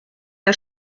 der